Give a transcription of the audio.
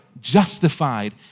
justified